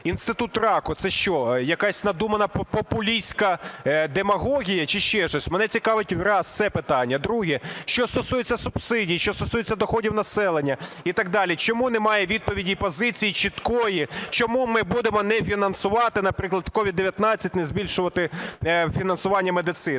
Інститут раку – це що, якась надумана популістська демагогія чи ще щось? Мене цікавить, раз, це питання. Друге, що стосується субсидій, що стосується доходів населення і так далі. Чому немає відповіді і позиції чіткої чому ми будемо не фінансувати, наприклад, COVID-19, не збільшувати фінансування медицини?